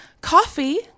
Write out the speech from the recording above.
Coffee